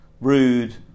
rude